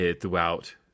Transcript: throughout